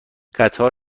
قطار